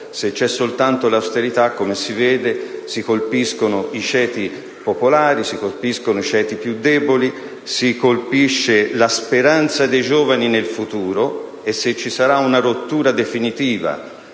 Se c'è soltanto l'austerità - come si vede - si colpiscono i ceti popolari, i ceti più deboli, la speranza dei giovani nel futuro. E se vi sarà una rottura definitiva